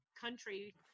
country